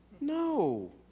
No